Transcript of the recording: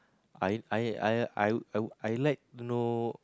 I I I I I like to know